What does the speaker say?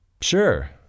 sure